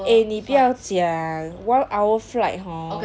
eh 你不要讲 one hour flight hor